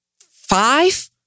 Five